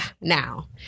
now